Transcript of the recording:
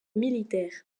militaire